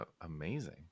amazing